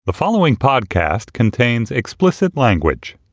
the following podcast contains explicit language